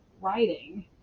writing